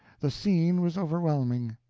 the scene was overwhelming.